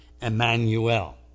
Emmanuel